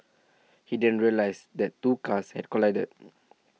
he then realised that two cars had collided